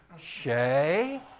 Shay